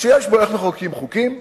שיש בו פירוט איך מחוקקים חוקים,